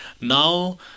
Now